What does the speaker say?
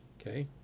Okay